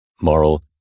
moral